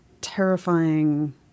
terrifying